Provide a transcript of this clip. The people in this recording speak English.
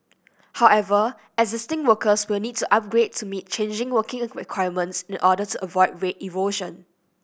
however existing workers will need to upgrade to meet changing working requirements in order to avoid rate erosion